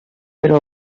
però